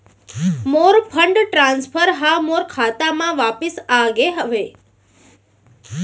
मोर fund transfer हा मोर खाता मा वापिस आ गे हवे